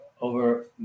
over